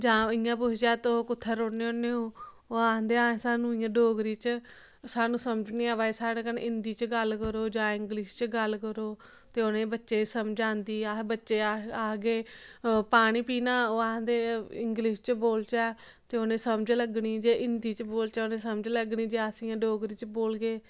जां इ'यां पुछचै तुस कुत्थै रौहने होन्ने ओ ओह् आखदे सानूं इयां डोगरी च सानूं समझ निं आवा दी साढ़े कन्नै हिंदी च गल्ल करो जां इंग्लिश च गल्ल करो ते उ'नें बच्चें गी समझ आंदी अस बच्चे गी आखगे पानी पीना ओह् आखदे इंग्लिश च बोलचै ते उ'नें गी समझ लग्गनी जे हिंदी च बोलचै ते उ'नें गी समझ लग्गनी जे अस इ'यां डोगरी च बोलगे